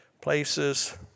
places